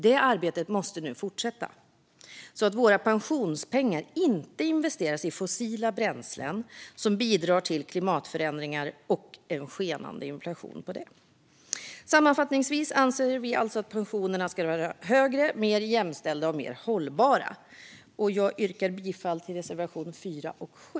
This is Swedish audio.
Det arbetet måste nu fortsätta, så att våra pensionspengar inte investeras i fossila bränslen som bidrar till klimatförändringar och en skenande inflation. Sammanfattningsvis anser vi alltså att pensionerna ska vara högre, mer jämställda och mer hållbara. Jag yrkar bifall till reservationerna 4 och 7.